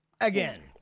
Again